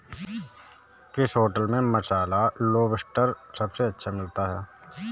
किस होटल में मसाला लोबस्टर सबसे अच्छा मिलता है?